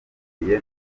tugiye